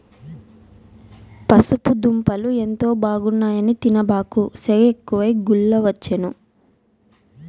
పసుపు దుంపలు ఎంతో బాగున్నాయి అని తినబాకు, సెగెక్కువై గుల్లవచ్చేను